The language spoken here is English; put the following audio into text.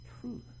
truth